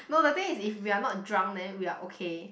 no the thing is if we are not drunk then we are okay